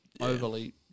overly